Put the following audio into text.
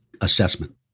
assessment